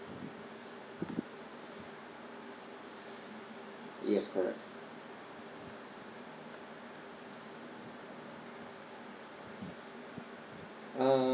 yes correct uh